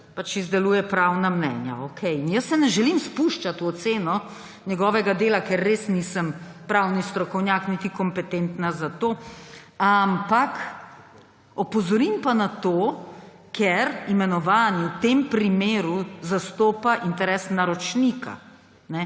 pač izdeluje pravna mnenja, okej. Ne želim se spuščati v oceno njegovega dela, ker res nisem pravni strokovnjak niti kompetentna za to, ampak opozorim pa na to, ker imenovani v tem primeru zastopa interes naročnika.